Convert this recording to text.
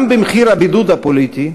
גם במחיר הבידוד הפוליטי,